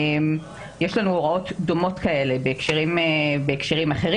יש לנו הוראות דומות כאלה בהקשרים אחרים,